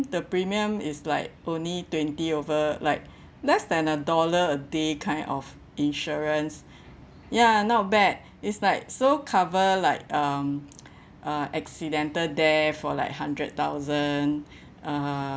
the premium is like only twenty over like less than a dollar a day kind of insurance ya not bad it's like so cover like um uh accidental death for like hundred thousand uh